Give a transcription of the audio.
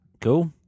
Cool